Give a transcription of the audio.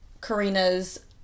Karina's